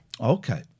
Okay